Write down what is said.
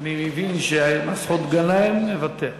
אני מבין שמסעוד גנאים מוותר,